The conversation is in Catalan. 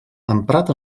emprat